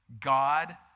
God